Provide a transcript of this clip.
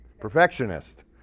Perfectionist